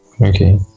Okay